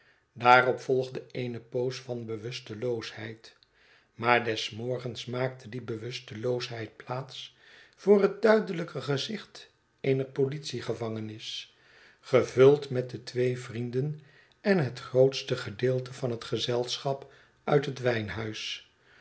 daarop volgde eene poos van bewusteloosheid maar des morgens maakte die bewusteloosheid plaats voor het duidelijke gezicht eener politiegevangenis gevuld met de twee vrienden en het grootste gedeelte van hetgezelschapuithet wijnhuis